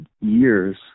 years